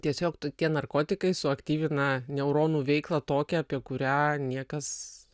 tiesiog tokie narkotikai suaktyvina neuronų veiklą tokią apie kurią niekas